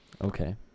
Okay